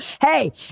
Hey